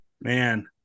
Man